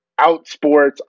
Outsports